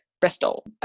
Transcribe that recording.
Bristol